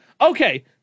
Okay